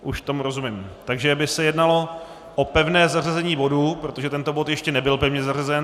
Už tomu rozumím, takže by se jednalo o pevné zařazení bodu, protože tento bod nebyl ještě pevně zařazen.